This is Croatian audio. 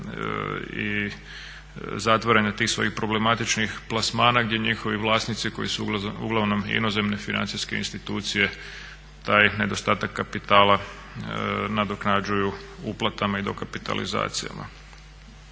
i zatvaranja tih svojih problematičnih plasmana gdje njihovi vlasnici koji su uglavnom inozemni financijske institucije, taj nedostatak kapitala nadoknađuju uplatama i dokapitalizacijama.